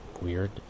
weird